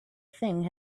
thing